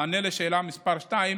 מענה על שאלה 2,